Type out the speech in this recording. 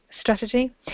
strategy